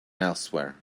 elsewhere